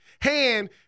Hand